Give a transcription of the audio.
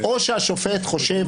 או שהשופט חושב